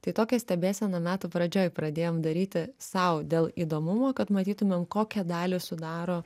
tai tokią stebėseną metų pradžioje pradėjom daryti sau dėl įdomumo kad matytumėm kokią dalį sudaro